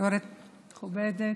יו"רית מכובדת,